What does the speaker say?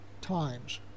times